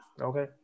Okay